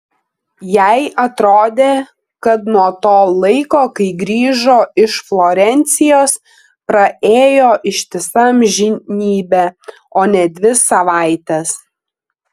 jai atrodė kad nuo to laiko kai grįžo iš florencijos praėjo ištisa amžinybė o ne dvi savaitės